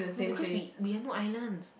no because we we have no islands